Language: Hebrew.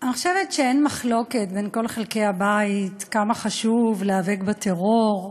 אני חושבת שאין מחלוקת בין כל חלקי הבית כמה חשוב להיאבק בטרור,